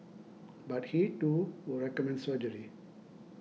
but he too would recommend surgery